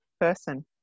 person